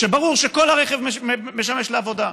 כשברור שכל הרכב משמש לעבודה.